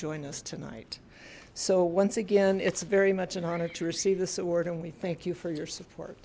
join us tonight so once again it's very much an honor to receive this award and we thank you for your support